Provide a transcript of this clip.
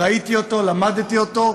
ראיתי אותו, למדתי אותו,